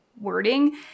wording